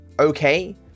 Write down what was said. okay